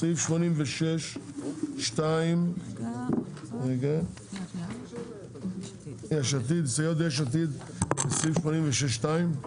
סעיף 86 2, הסתייגויות יש עתיד 86 2,